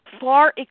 far